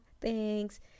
thanks